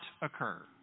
occur